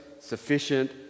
sufficient